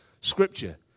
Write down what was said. scripture